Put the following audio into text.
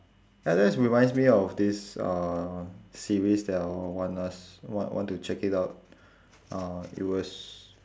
ah that's remind me of this uh series that I want us want want to check it out uh it was